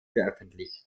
veröffentlicht